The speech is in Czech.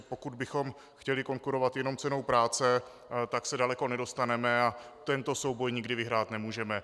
Pokud bychom chtěli konkurovat jenom cenou práce, tak se daleko nedostaneme a tento souboj nikdy vyhrát nemůžeme.